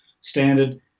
standard